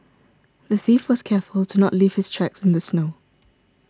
the thief was careful to not leave his tracks in the snow